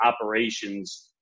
operations